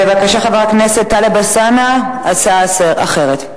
בבקשה, חבר הכנסת טלב אלסאנע, הצעה אחרת.